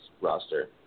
roster